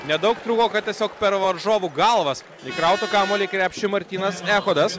nedaug trūko kad tiesiog per varžovų galvas įkrautų kamuolį į krepšį martynas echodas